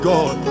God